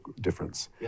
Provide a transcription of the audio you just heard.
difference